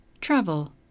travel